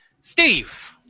Steve